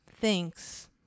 Thanks